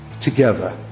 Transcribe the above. together